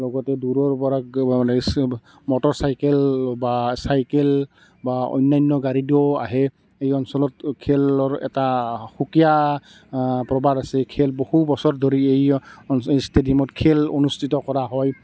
লগতে দূৰৰ পৰা মটৰচাইকেল বা চাইকেল বা অনান্য গাড়ীতো আহে এই অঞ্চলত খেলৰ এটা সুকীয়া প্ৰবাদ আছে খেল বহু বছৰ ধৰি এই অঞ্চল ষ্টেডিয়ামত খেল অনুস্থিত কৰা হয়